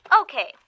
Okay